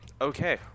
okay